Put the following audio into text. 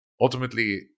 ultimately